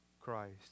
Christ